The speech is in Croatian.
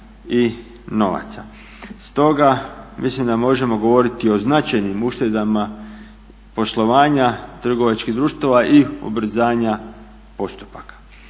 i novaca. Stoga mislim da možemo govoriti o značajnim uštedama poslovanja trgovačkih društava i ubrzanja postupaka.